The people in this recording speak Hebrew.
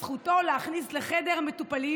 זכותו להכניס לחדר המטופלים